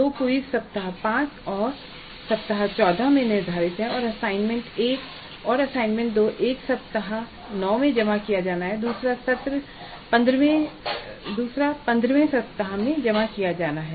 2 quiz सप्ताह 5 और सप्ताह 14 में निर्धारित हैं और असाइनमेंट 1 और 2 एक सप्ताह 9 में जमा किया जाना है और दूसरा सत्र 15वें सप्ताह में जमा किया जाना है